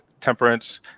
Temperance